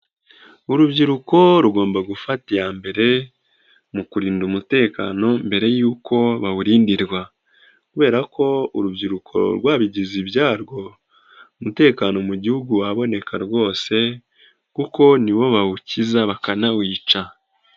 Urubyiruko rugomba gufata iya mbere mu kurinda umutekano mbere yuko bawurindirwa kubera ko urubyiruko rwabigize ibyarwo, umutekano mu Gihugu waboneka rwose kuko ni bo bawukiza bakanawica.